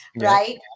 right